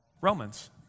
Romans